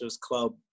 club